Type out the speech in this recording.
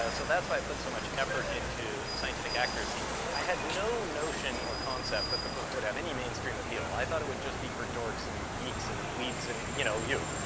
so that's why i put so much effort into scientific accuracy. i had no notion or concept that the book would have any mainstream appeal. i thought it would just be for dorks and geeks and dweebs and, you know, you.